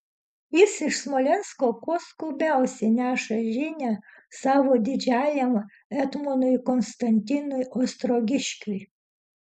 jis iš smolensko kuo skubiausiai neša žinią savo didžiajam etmonui konstantinui ostrogiškiui